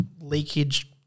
leakage